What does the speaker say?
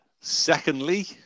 Secondly